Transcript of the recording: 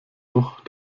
noch